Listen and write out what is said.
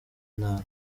ntara